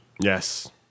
Yes